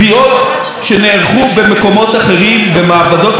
במעבדות אחרות או במכוני תקנים אחרים.